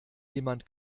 jemand